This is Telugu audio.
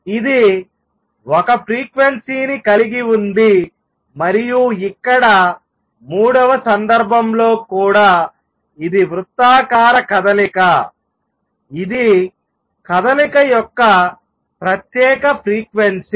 ఇది ఒక ఫ్రీక్వెన్సీని కలిగి ఉంది మరియు ఇక్కడ మూడవ సందర్భంలో కూడా ఇది వృత్తాకార కదలిక ఇది కదలిక యొక్క ప్రత్యేక ఫ్రీక్వెన్సీ